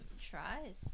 tries